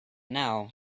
now